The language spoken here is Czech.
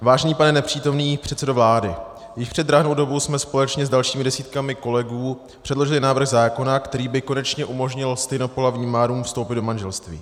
Vážený pane nepřítomný předsedo vlády, již před drahnou dobou jsme společně s dalšími desítkami kolegů předložili návrh zákona, který by konečně umožnil stejnopohlavním párům vstoupit do manželství.